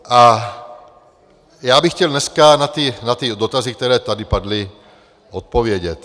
A já bych chtěl dneska na ty dotazy, které tady padly, odpovědět.